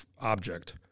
object